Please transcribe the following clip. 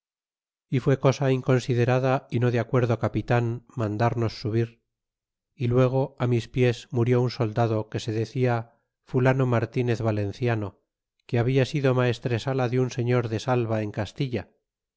y fué cosa inconsiderada y no de acuerdo capitan mandarnos subir y luego á mis pies murió un soldado que se decia fulano martinez valenciano que habla sido maestresala de im señor de salva en castilla